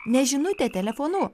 ne žinute telefonu